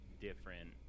different